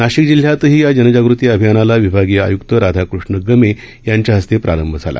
नाशिक जिल्ह्यातही या जनजागृती अभियानाला विभागीय आयुक्त राधाकृष्ण गमे यांच्या हस्ते प्रारंभ झाला